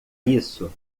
isso